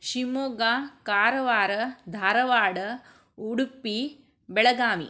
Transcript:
Shivamogga Karwar Dharwad Udupi Belagavi